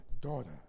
daughter